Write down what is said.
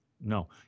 No